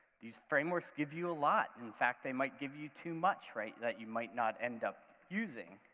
these frameworks give you a lot, in fact, they might give you too much, right, that you might not end up using,